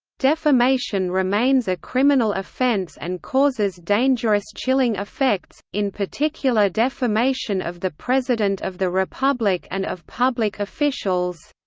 defamation remains a criminal offence and causes dangerous chilling effects, in particular defamation of the president of the republic and of public officials